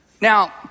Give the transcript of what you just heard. Now